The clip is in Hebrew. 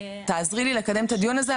תעזרי לי לקדם את הדיון הזה,